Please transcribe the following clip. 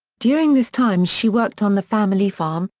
during this time she worked on the family farm,